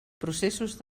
processos